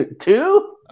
two